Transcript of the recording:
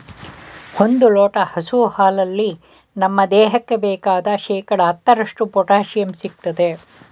ಒಂದ್ ಲೋಟ ಹಸು ಹಾಲಲ್ಲಿ ನಮ್ ದೇಹಕ್ಕೆ ಬೇಕಾದ್ ಶೇಕಡಾ ಹತ್ತರಷ್ಟು ಪೊಟ್ಯಾಶಿಯಂ ಸಿಗ್ತದೆ